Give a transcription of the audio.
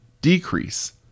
decrease